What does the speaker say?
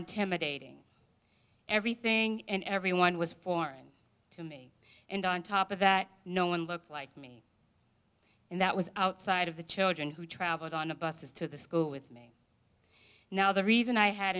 intimidating everything and everyone was foreign to me and on top of that no one looked like me and that was outside of the children who travelled on the buses to the school with me now the reason i had